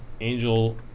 Angel